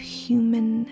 human